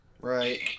Right